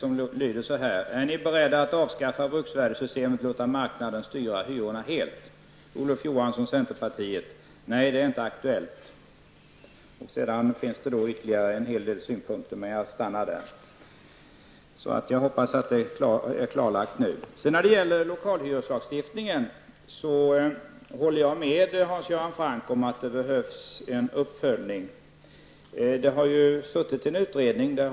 På frågan ''Är ni beredda att avskaffa bruksvärdessystemet och låta marknaden styra hyrorna helt'' svarar Olof Johansson: ''Nej, det är inte aktuellt''. Där anförs ytterligare en hel del synpunkter, men jag slutar citatet där. Jag hoppas att detta nu är klarlagt. Jag håller med Hans Göran Franck om att det behövs en uppföljning av lokalhyreslagstiftningen.